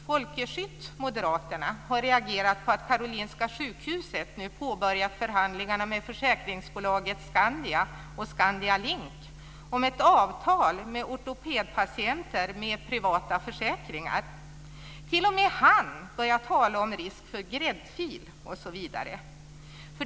Folke Schött, Moderaterna, har reagerat på att Karolinska sjukhuset nu påbörjat förhandlingarna med försäkringsbolaget Skandia och Skandia Link om ett avtal med ortopedpatienter med privata försäkringar. T.o.m. han börjar tala om risk för gräddfil osv.